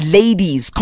ladies